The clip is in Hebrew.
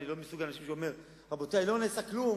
אני לא מסוג האנשים שאומר: רבותי, לא נעשה כלום